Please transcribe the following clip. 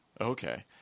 Okay